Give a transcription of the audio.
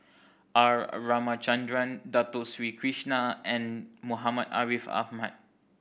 R Ramachandran Dato Sri Krishna and Muhammad Ariff Ahmad